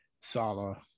Salah